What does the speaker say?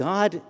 God